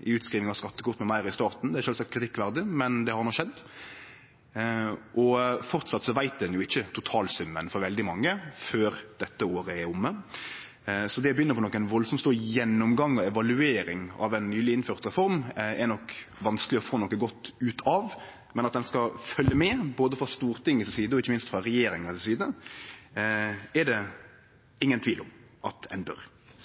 i utskriving av skattekort m.m. i staten. Det er sjølvsagt kritikkverdig, men det har no skjedd. Framleis veit ein ikkje totalsummen for veldig mange før dette året er omme. Så det å begynne på ein veldig stor gjennomgang og evaluering av ei nyleg innført reform, er det nok vanskeleg å få noko godt ut av, men det er ingen tvil om at ein bør følgje med både frå Stortinget si side og ikkje minst frå regjeringa si side, sjølvsagt.